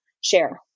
share